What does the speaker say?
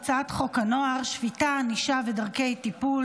הצעת חוק למניעת חרם חברתי בבתי ספר,